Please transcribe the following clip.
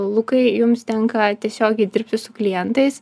lukai jums tenka tiesiogiai dirbti su klientais